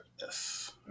yes